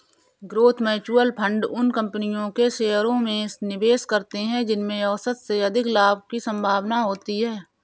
growth mutual fund उन कंपनियों के शेयरों में निवेश करते हैं जिनमें औसत से अधिक लाभ की संभावना होती है